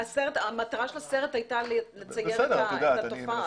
המטרה של הסרט הייתה לציין את התופעה.